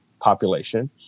population